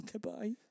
goodbye